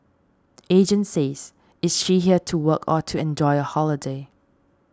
agent says is she here to work or to enjoy a holiday